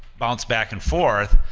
bounce back and forth,